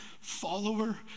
follower